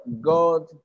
God